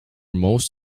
most